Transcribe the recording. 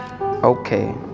Okay